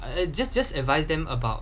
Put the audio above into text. it just just advise them about